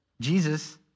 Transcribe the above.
Jesus